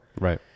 Right